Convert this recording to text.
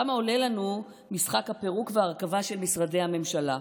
כמה עולה לנו משחק הפירוק וההרכבה של משרדי הממשלה?